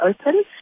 open